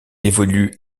évolue